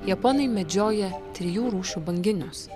japonai medžioja trijų rūšių banginius